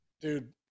dude